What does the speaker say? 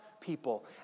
people